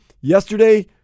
Yesterday